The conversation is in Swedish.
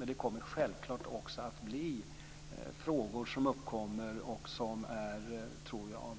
Men det kommer självklart också att uppkomma frågor, tror jag, av